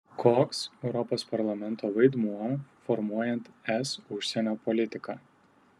koks europos parlamento vaidmuo formuojant es užsienio politiką